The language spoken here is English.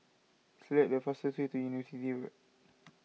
select the fastest way to University Road